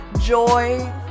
joy